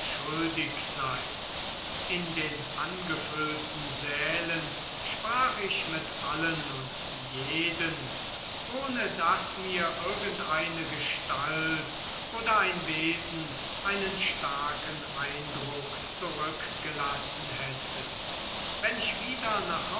sei in den angefüllten sälen sprach ich mit allen und jeden ohne daß mir irgendeine gestalt oder ein wesen einen starken eindruck zurückgelassen hätte wenn ich wieder